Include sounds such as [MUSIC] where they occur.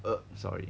[NOISE] sorry